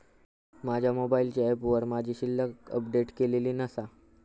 माझ्या मोबाईलच्या ऍपवर माझी शिल्लक अपडेट केलेली नसा